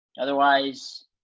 Otherwise